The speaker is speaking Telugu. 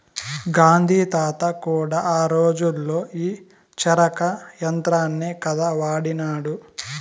గాంధీ తాత కూడా ఆ రోజుల్లో ఈ చరకా యంత్రాన్నే కదా వాడినాడు